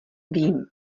vím